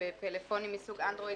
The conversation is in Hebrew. ובפלאפונים מסוג אנדרואיד,